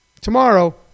tomorrow